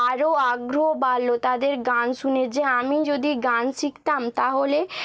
আরও আগ্রহ বাড়লো তাদের গান শুনে যে আমি যদি গান শিখতাম তাহলে